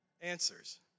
answers